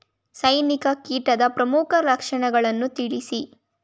ಸೈನಿಕ ಕೀಟದ ಪ್ರಮುಖ ಲಕ್ಷಣಗಳನ್ನು ತಿಳಿಸಿ?